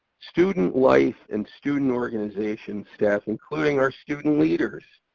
student life and student organization staff, including our student leaders.